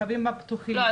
המרחבים הפתוחים --- לא,